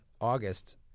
August